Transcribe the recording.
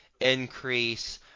increase –